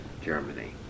Germany